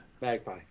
Magpie